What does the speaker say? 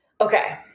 Okay